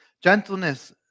gentleness